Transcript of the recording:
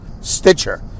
Stitcher